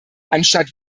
anstatt